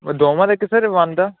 ਦੋਵਾਂ ਦਾ ਕਿ ਸਰ ਵੰਨ ਦਾ